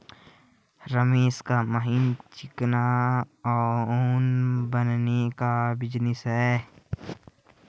रमेश का महीन चिकना ऊन बनाने का बिजनेस है